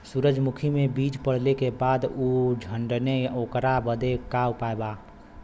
सुरजमुखी मे बीज पड़ले के बाद ऊ झंडेन ओकरा बदे का उपाय बा?